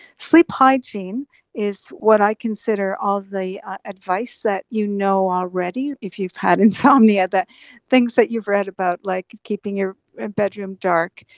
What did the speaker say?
sleep hygiene is what i consider all the advice that you know already if you've had insomnia, things that you've read about, like keeping your bedroom dark,